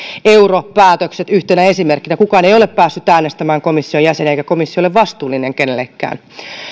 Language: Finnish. europäätökset yhtenä esimerkkinä kukaan ei ole päässyt äänestämään komission jäseniä eikä komissio ole vastuullinen kenellekään